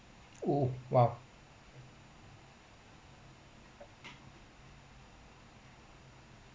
oh !wow!